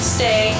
Stay